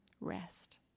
Rest